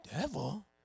Devil